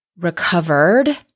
recovered